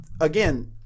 again